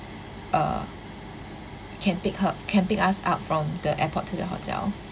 uh can pick her can pick us up from the airport to the hotel